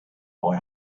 boy